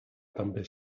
també